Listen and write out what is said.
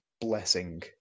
blessing